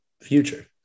future